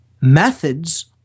methods